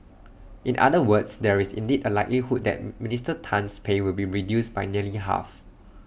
in other words there is indeed A likelihood that Minister Tan's pay will be reduced by nearly half